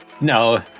No